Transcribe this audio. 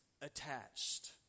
attached